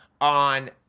on